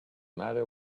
matter